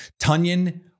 Tunyon